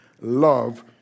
love